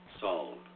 Solved